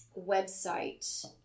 website